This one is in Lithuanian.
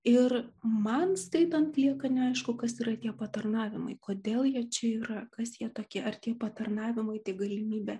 ir man skaitant lieka neaišku kas yra tie patarnavimai kodėl jie čia yra kas jie tokie ar tie patarnavimai tai galimybė